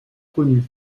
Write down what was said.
connue